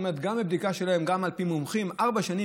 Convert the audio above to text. גם הבדיקה שלהם על פי מומחים מראה שאחרי ארבע שנים